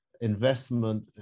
investment